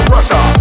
Russia